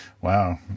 Wow